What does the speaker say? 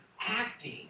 acting